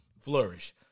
flourish